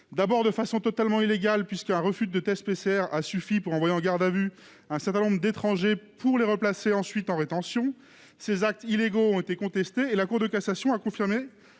passé de façon totalement illégale puisque le refus de se soumettre à un test PCR a suffi pour envoyer en garde à vue un certain nombre d'étrangers, et pour les replacer ensuite en détention. Ces actes illégaux ont été contestés et la Cour de cassation a confirmé